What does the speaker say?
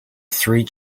three